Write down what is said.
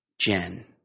Jen